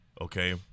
okay